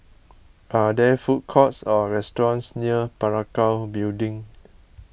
are there food courts or restaurants near Parakou Building